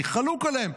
אני חלוק עליהם,